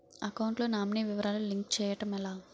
Account లో nominee వివరాలు link చేయటం ఎలా?